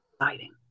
exciting